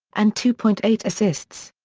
and two point eight assists.